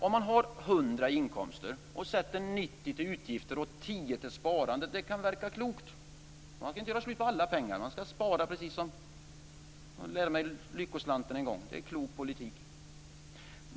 Om man har 100 i inkomst och sätter av 90 till utgifter och 10 till sparande kan det verka klokt. Man ska inte göra slut på alla pengar utan spara, precis som jag lärde mig i Lyckoslanten en gång. Det är klok politik.